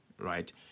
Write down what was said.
right